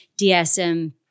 DSM